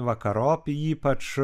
vakarop ypač